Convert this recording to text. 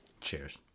Cheers